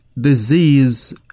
disease